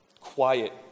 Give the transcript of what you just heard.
quiet